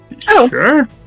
sure